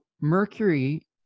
Mercury